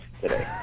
today